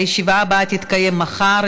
הישיבה הבאה תקיים מחר,